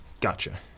Gotcha